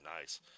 nice